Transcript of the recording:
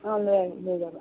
অঁ লৈ আহি লৈ যাবা